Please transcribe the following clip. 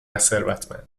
ثروتمند